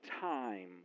time